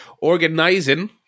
organizing